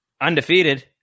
undefeated